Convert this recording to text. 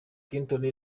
clinton